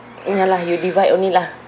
ya lah you divide only lah